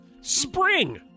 Spring